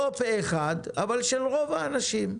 לא פה אחד אבל של רוב האנשים,